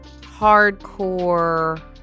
hardcore